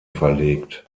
verlegt